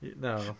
No